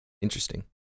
interesting